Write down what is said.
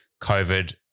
COVID